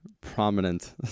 prominent